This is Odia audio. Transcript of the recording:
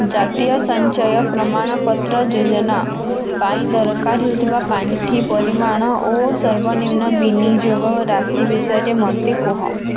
ଜାତୀୟ ସଞ୍ଚୟ ପ୍ରମାଣପତ୍ର ଯୋଜନା ପାଇଁ ଦରକାର ହେଉଥିବା ପାଣ୍ଠି ପରିମାଣ ଓ ସର୍ବନିମ୍ନ ବିନିଯୋଗ ରାଶି ବିଷୟରେ ମୋତେ କୁହ